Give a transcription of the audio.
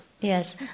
Yes